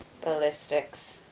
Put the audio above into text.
ballistics